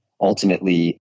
ultimately